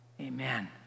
Amen